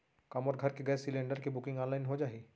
का मोर घर के गैस सिलेंडर के बुकिंग ऑनलाइन हो जाही?